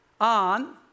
on